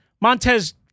Montez